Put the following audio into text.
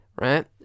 right